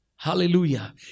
Hallelujah